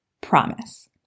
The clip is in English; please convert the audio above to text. promise